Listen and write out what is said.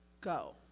go